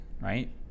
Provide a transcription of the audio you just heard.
right